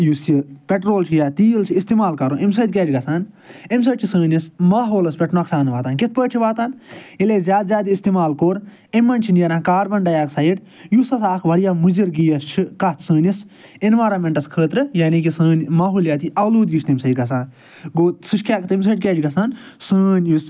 یُس یہِ پیٚٹرول چھُ یا تیٖل چھُ اِستعمال کَرُن اَمہِ سۭتۍ کیٛاہ چھُ گَژھان اَمہِ سۭتۍ چھِ سٲنۍ یُس ماحولَس پٮ۪ٹھ نۄقصان واتان کِتھ پٲٹھۍ چھِ واتان ییٚلہِ اَسہِ زیاد زیاد یہِ اِستعمال کوٚر اَمہِ مَنٛز چھُ نیران کاربَن ڈاے آکسایڈ یُس ہَسا اکھ واریاہ مُضِر گیس چھِ کَتھ سٲنِس اِنوارَمٮ۪نٛٹَس خٲطرٕ یعنی کہِ سٲنۍ ماحولیاتی آلوٗدگی چھِ تَمہِ سۭتۍ گَژھان گوٚو سُہ چھُ کیاہ تمہِ سۭتۍ کیٛاہ چھِ گَژھان سٲنۍ یُس